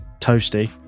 toasty